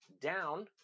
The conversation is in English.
Down